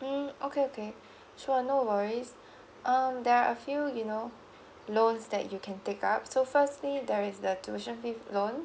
mm okay okay sure no worries um there are a few you know loans that you can take up so firstly there is the tuition fee loan